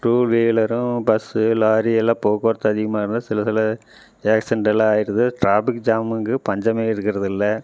two வீலரும் bus lorry எல்லாம் போக்குவரத்து அதிகமாக இருந்தா சில சில ஆக்சிடென்டெல்லாம் ஆயிடுது ட்ராபிக் ஜாமுக்கு பஞ்சமே இருக்கிறது இல்லை